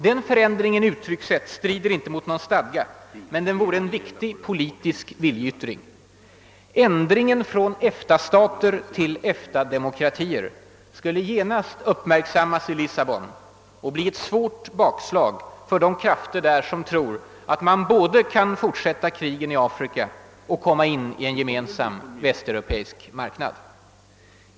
Den förändringen i uttryckssätt strider inte mot någon stadga, men den vore en viktig politisk viljeyttring. Ändringen från »EFTA-stater» till »EFTA-demokratier» skulle genast uppmärksammas i Lissabon och bli ett svårt bakslag för de krafter där som tror att man både kan fortsätta krigen i Afrika och komma in i en gemensam västeuropeisk marknad.